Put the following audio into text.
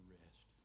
rest